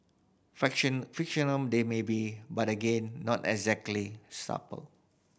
fictional they may be but again not exactly subtle